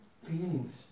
Feelings